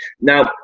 Now